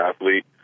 athlete